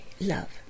love